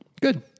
good